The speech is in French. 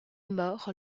mort